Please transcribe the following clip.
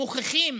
מוכיחים